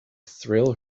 thrill